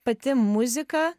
pati muzika